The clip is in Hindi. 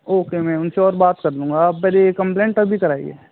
ओके म्याम स्योर बात कर लूँगा आप पहले यह कंप्लेंट अभी कराइए